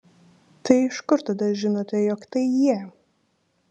tai iš kur tada žinote jog tai jie